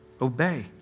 obey